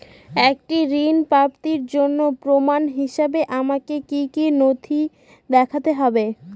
একটি ঋণ প্রাপ্তির জন্য প্রমাণ হিসাবে আমাকে কী কী নথি দেখাতে হবে?